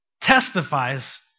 testifies